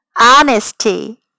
Honesty